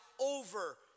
over